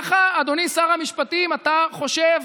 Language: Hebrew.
אדוני שר המשפטים, ככה אתה חושב